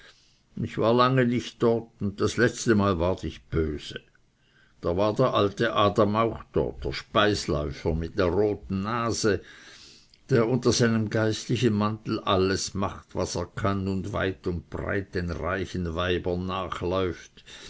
ich war lange nicht dort das letztemal ward ich böse da war der alte adam auch dort der speisläufer mit der roten nase der unter seinem geistlichen mantel alles macht was er kann und weit und breit den reichen weibern